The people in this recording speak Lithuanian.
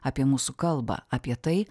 apie mūsų kalbą apie tai